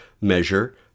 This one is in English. measure